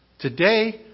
Today